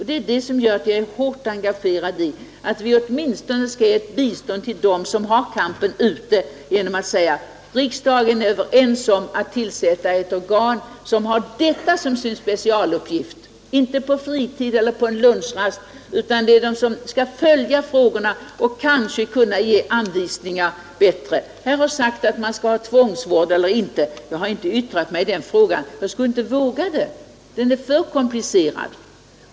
Det är det, som gör, att jag är hårt engagerad i att vi åtminstone skall ge ett bistånd till dem som för kampen där ute genom att säga: riksdagen är överens om att tillsätta ett organ som har detta som sin specialuppgift, inte på fritid eller lunchrast, utan för att följa frågorna och kanske ge bättre förhållanden. Här har talats om huruvida man skall ha tvångsvård eller inte. Jag har inte yttrat mig i den frågan. Jag skulle inte våga det; den är för komplicerad.